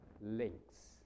links